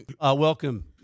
welcome